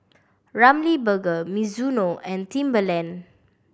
Ramly Burger Mizuno and Timberland